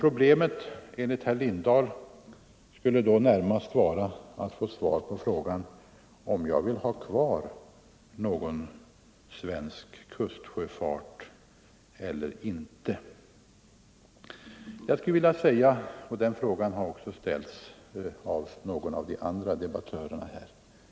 Problemet skulle enligt herr Lindahl då närmast vara att få svar på frågan, om jag vill ha kvar någon svensk kustsjöfart eller inte. Den frågan har också ställts av någon av de andra debattörerna här.